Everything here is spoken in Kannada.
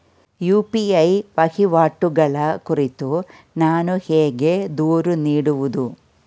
ಯು.ಪಿ.ಐ ವಹಿವಾಟುಗಳ ಕುರಿತು ನಾನು ಹೇಗೆ ದೂರು ನೀಡುವುದು?